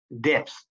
depth